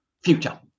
future